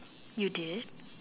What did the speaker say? you did